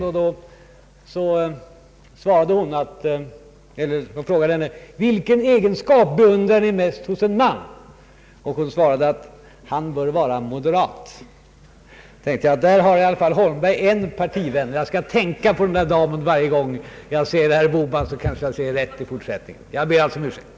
Man frågade henne bl.a. vilken egenskap hon beundrade mest hos en man. Hon svarade att han bör vara moderat! — Där har i varje fall herr Holmberg en partivän. Jag skall tänka på den där damen varje gång jag ser herr Bohman, så kanske jag säger rätt i fortsättningen. Jag ber alltså om ursäkt.